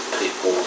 people